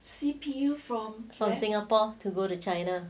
from singapore to go to china